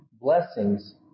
blessings